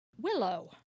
willow